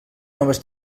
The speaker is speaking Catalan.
noves